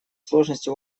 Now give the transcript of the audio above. сложности